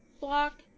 block